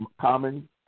common